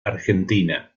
argentina